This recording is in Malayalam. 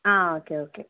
ആ ഓക്കെ ഓക്കെ